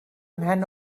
mhen